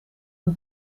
een